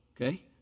okay